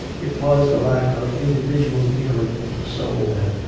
it was the lack of individual dealing with the soul, then,